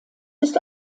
ist